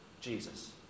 Jesus